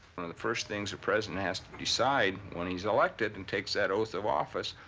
one of the first things the president has to decide when he's elected and takes that oath of office,